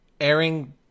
airing